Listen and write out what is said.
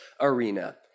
arena